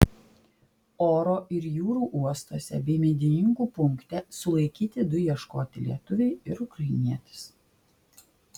oro ir jūrų uostuose bei medininkų punkte sulaikyti du ieškoti lietuviai ir ukrainietis